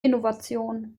innovation